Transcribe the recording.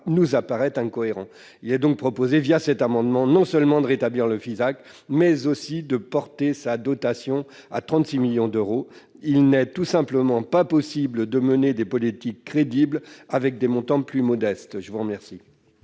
nous paraît donc incohérent. C'est pourquoi cet amendement tend non seulement à rétablir le Fisac, mais aussi à porter sa dotation à 36 millions d'euros. Il n'est tout simplement pas possible de mener des politiques crédibles avec des montants plus modestes. Les trois